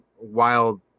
wild